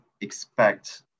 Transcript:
expect